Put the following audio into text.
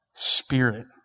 spirit